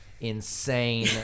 insane